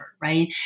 Right